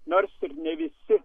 nors ir ne visi